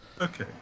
Okay